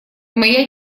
моя